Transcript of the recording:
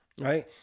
right